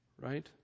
Right